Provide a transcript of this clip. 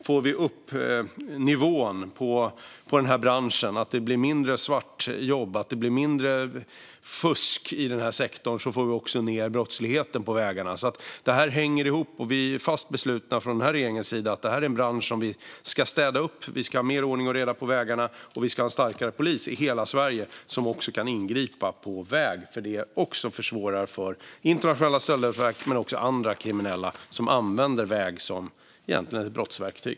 Får vi upp nivån på branschen så att det blir mindre svartjobb och mindre fusk i sektorn får vi också ned brottsligheten på vägarna. Det hänger ihop. Vi är från regeringens sida fast beslutna att vi ska städa upp i branschen. Vi ska ha mer ordning och reda på vägarna, och vi ska ha en starkare polis i hela Sverige som också kan ingripa på väg. Det försvårar för internationella stöldnätverk men också andra kriminella som egentligen använder vägen som ett brottsverktyg.